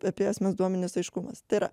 apie asmens duomenis aiškumas tai yra